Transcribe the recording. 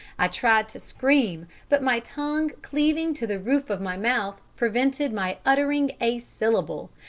i tried to scream, but my tongue cleaving to the roof of my mouth prevented my uttering a syllable,